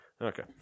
Okay